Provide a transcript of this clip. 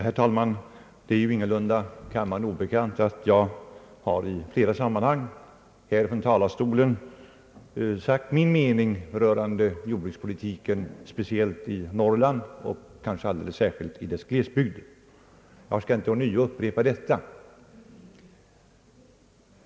Herr talman! Det är ingalunda kammaren obekant att jag i flera sammanhang här från talarstolen har sagt min mening rörande jordbrukspolitiken, speciellt i Norrland och alldeles särskilt i dess glesbygder. Jag skall inte ånyo upprepa detta.